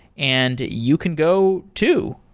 and you can go too.